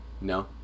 No